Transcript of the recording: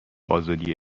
ازادی